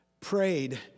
prayed